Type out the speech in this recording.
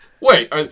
Wait